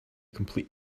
complete